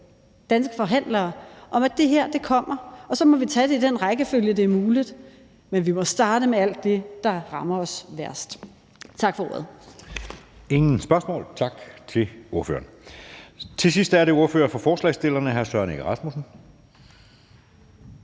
danske forhandlere om, at det her kommer, og så må vi tage det i den rækkefølge, det er muligt. Men vi må starte med alt det, der rammer os værst. Tak for ordet. Kl. 14:27 Anden næstformand (Jeppe Søe): Der er ingen spørgsmål. Tak til ordføreren. Til sidst er det ordføreren for forslagsstillerne, hr. Søren Egge Rasmussen.